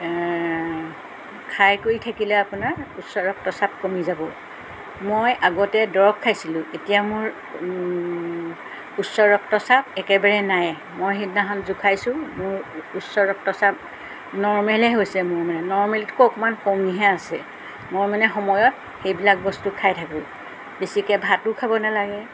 খাই কৰি থাকিলে আপোনাৰ উচ্চ ৰক্তচাপ কমি যাব মই আগতে দৰব খাইছিলোঁ এতিয়া মোৰ উচ্চ ৰক্তচাপ একেবাৰে নাই মই সেইদিনাখন জোখাইছোঁ মোৰ উচ্চ ৰক্তচাপ নৰ্মেলে হৈছে মোৰ মানে নৰ্মেলতকৈ অকণমান কমিহে আছে মই মানে সময়ত সেইবিলাক বস্তু খাই থাকোঁ বেছিকৈ ভাতো খাব নালাগে